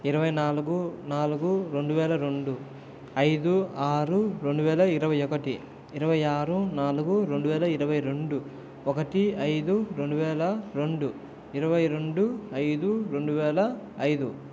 ఇరవై నాలుగు నాలుగు రెండు వేల రెండు ఐదు ఆరు రెండువేల ఇరవై ఒకటి ఇరవై ఆరు నాలుగు రెండు వేల ఇరవై రెండు ఒకటి ఐదు రెండు వేల రెండు ఇరవై రెండు ఐదు రెండువేల ఐదు